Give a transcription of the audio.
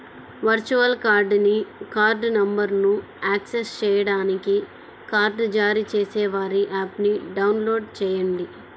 virtual కార్డ్ని card నంబర్ను access చేయడానికి కార్డ్ జారీ చేసేవారి యాప్ని డౌన్లోడ్ చేయండి